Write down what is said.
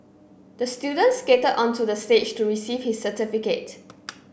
the students skated onto the stage to receive his certificate